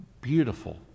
beautiful